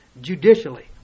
judicially